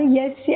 yes